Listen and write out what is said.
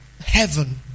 heaven